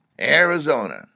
Arizona